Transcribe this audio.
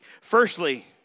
firstly